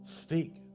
Speak